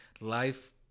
life